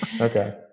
okay